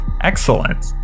excellent